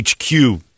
HQ